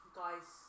guys